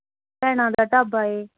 ਭੈਣਾਂ ਦਾ ਢਾਬਾ ਹੈ